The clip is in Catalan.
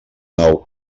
nau